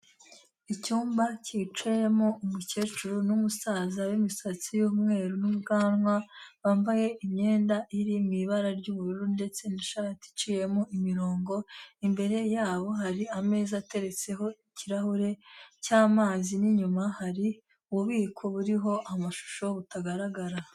Icyumba cyicayemo umukecuru n'umusaza w'imisatsi y'umweru n'ubwanwa bambaye imyenda iri mu ibara ry'ubururu ndetse n'ishati iciyemo imirongo, imbere yabo hari ameza ateretseho ikirahure cy'amazi n'inyuma hari ububiko buriho amashusho butagaragara.